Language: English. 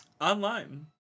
Online